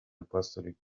apostolic